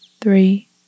three